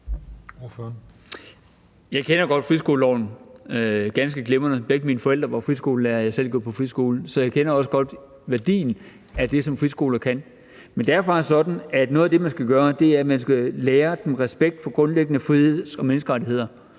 Jeg kender godt friskoleloven, ganske glimrende. Begge mine forældre var friskolelærere, og jeg har selv gået på friskole, så jeg kender også godt værdien af det, som friskoler kan. Men det er bare sådan, at noget af det, man skal gøre, er, at man skal lære dem respekt for grundlæggende friheds- og menneskerettigheder,